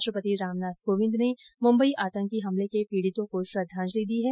राष्ट्रपति रामनाथ कोविंद ने मुम्बई आतंकी हमले के पीड़ितों को श्रद्वांजलि दी है